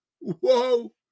Whoa